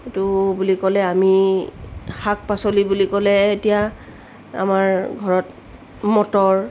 কোনটো বুলি ক'লে আমি শাক পাচলি বুলি ক'লে এতিয়া আমাৰ ঘৰত মটৰ